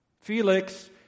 Felix